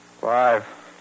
Five